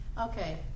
Okay